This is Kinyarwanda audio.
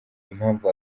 impamvu